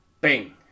Bing